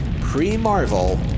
pre-marvel